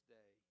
day